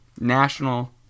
National